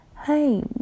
Hey